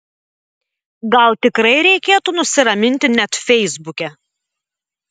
gal tikrai reikėtų nusiraminti net feisbuke